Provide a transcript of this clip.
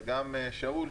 וגם שאול,